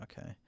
Okay